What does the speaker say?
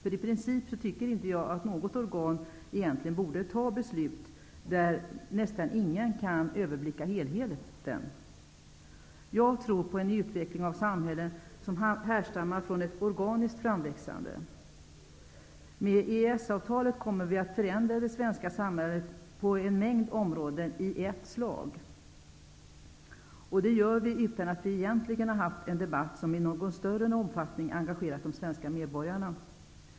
I princip anser jag att inget organ borde fatta ett sådant beslut där nästan ingen kan överblicka helheten. Jag tror på en utveckling av samhället som härstammar från ett organiskt framväxande. Med EES-avtalet kommer vi att förändra det svenska samhället på en mängd områden i ett slag. Det gör vi utan att vi egentligen haft en debatt som i någon större omfattning engagerat de svenska medborgarna.